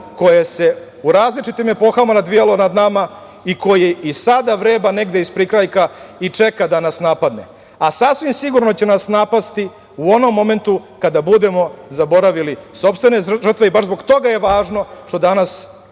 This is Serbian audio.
koje se u različitim epohama nadvijalo nad nama i koje i sada vreba negde iz prikrajka i čeka da nas napadne, a sasvim sigurno će nas napasti u onom momentu kada budemo zaboravili sopstvene žrtve. Baš zbog toga je važno što danas